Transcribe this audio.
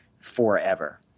forever